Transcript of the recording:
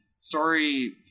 sorry